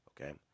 okay